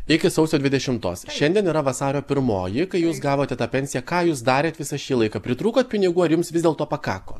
iki sausio dvidešimtos šiandien yra vasario pirmoji kai jūs gavote tą pensiją ką jūs darėt visą šį laiką pritrūkote pinigų ar jums vis dėlto pakako